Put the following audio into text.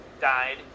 died